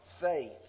faith